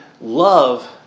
love